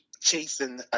chasing